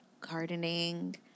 gardening